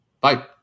Bye